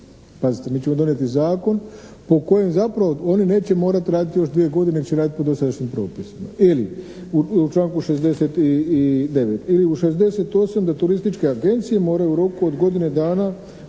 Pazite mi ćemo donijeti zakon po kojem zapravo oni neće morati raditi još dvije godine nego će raditi po dosadašnjim propisima ili u članku 69. ili u 68. da turističke agencije moraju u roku od godine dana